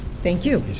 thank you.